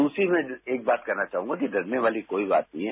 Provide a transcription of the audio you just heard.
दूसरी मैं एक बात कहना चाहूंगा कि डरने वाली कोई बात नहीं है